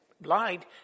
blind